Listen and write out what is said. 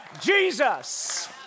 Jesus